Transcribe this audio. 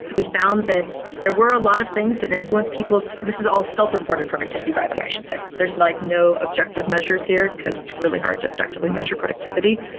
we found that there were a lot of things that influenced people's this is all self-reported productivity by the way, i should say. there's like no objective measures here, because it's really hard to objectively measure productivity.